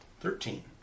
Thirteen